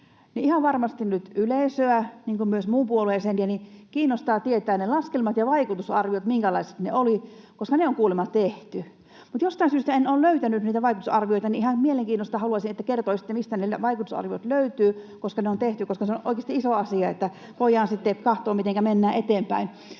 ihan varmasti nyt yleisöä, niin kuin myös muun puolueisiakin, kiinnostaa tietää ne laskelmat ja vaikutusarviot, minkälaiset ne olivat, koska ne on kuulemma tehty. Kun jostain syystä en ole löytänyt niitä vaikutusarvioita, niin ihan mielenkiinnosta haluaisin, että kertoisitte, mistä ne vaikutusarviot löytyvät, koska ne on tehty ja koska se on oikeasti iso asia, niin että voidaan sitten katsoa, mitenkä mennään eteenpäin.